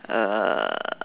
uh